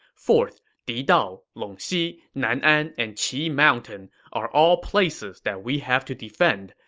fourth, didao, longxi, nan'an, and qi mountain are all places that we have to defend.